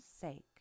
sake